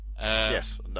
Yes